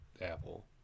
Apple